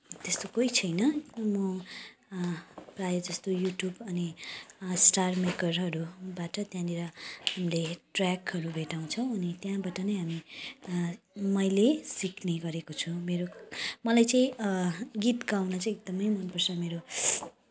त्यस्तो कोही छैन म प्रायःजस्तो युट्युब अनि स्टारमेकरहरूबाट त्यहाँनिर हामीले ट्र्याकहरू भेटाउँछौँ अनि त्यहाँबाट नै हामी मैले सिक्ने गरेको छु मेरो मलाई चाहिँ गीत गाउन चाहिँ एकदमै मनपर्छ मेरो